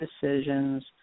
decisions